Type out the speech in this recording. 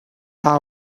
sau